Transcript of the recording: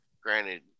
Granted